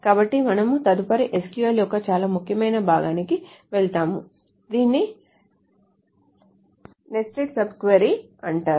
కాబట్టి మనము తదుపరి SQL యొక్క చాలా ముఖ్యమైన భాగానికి వెళ్తాము దీనిని నెస్టెడ్ సబ్ క్వెరీ అంటారు